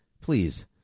please